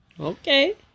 Okay